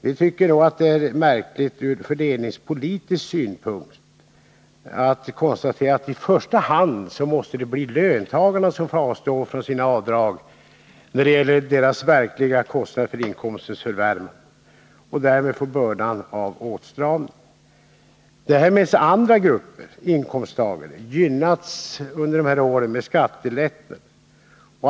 Vi tycker att det är märkligt ur fördelningspolitisk synpunkt att det i första hand måste vara löntagarna som skall avstå från avdrag för sina verkliga kostnader för inkomsternas förvärvande. De får ju därmed bära bördan av åtstramningen. Däremot har andra grupper av inkomsttagare under senare år gynnats med skattelättnader.